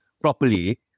properly